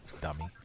dummy